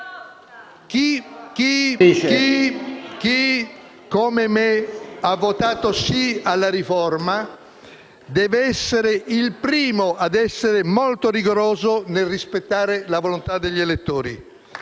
Chi, come me, ha votato sì alla riforma deve essere il primo a essere molto rigoroso nel rispettare la volontà degli elettori.